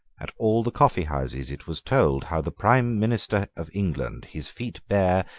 at all the coffeehouses it was told how the prime minister of england, his feet bare,